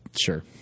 Sure